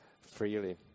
freely